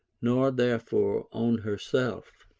nor therefore on herself.